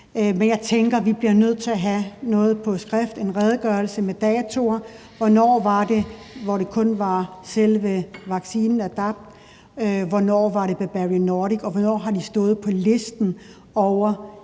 men jeg tænker, at vi bliver nødt til at have noget på skrift: en redegørelse med datoer for, hvornår det var selve vaccinen Adapt, hvornår det var Bavarian Nordic, og hvornår de har stået på listen over